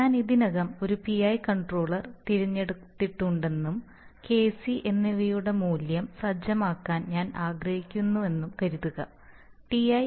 ഞാൻ ഇതിനകം ഒരു PI കണ്ട്രോളർ തിരഞ്ഞെടുത്തിട്ടുണ്ടെന്നും Kc എന്നിവയുടെ മൂല്യം സജ്ജമാക്കാൻ ഞാൻ ആഗ്രഹിക്കുന്നുവെന്നും കരുതുക Ti